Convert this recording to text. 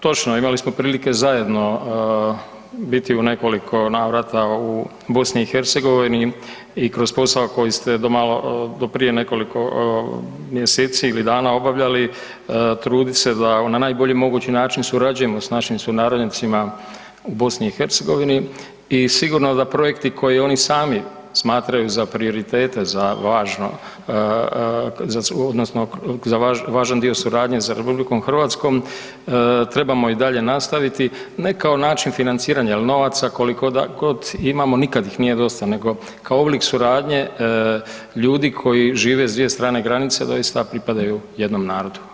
Točno, imali smo prilike zajedno biti u nekoliko navrata u BiH-u i kroz posao koji ste do prije nekoliko mjeseci ili dana obavljali, trudit se da na najbolji mogući način surađujemo s našim sunarodnjacima u BiH-u i sigurno da projekti koji i oni sami smatraju za prioritete, za važan suradnje sa RH trebamo i dalje nastaviti ne kao način financiranja jer novaca koliko da god imamo, nikad ih nije dosta nego kao oblik suradnje ljudi koji žive s dvije strane granice, doista pripadaju jednom narodu.